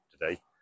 today